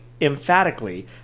emphatically